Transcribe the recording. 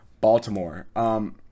Baltimore